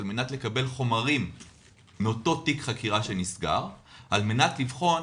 על מנת לקבל חומרים מאותו תיק חקירה שנסגר על מנת לבחון